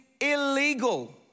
illegal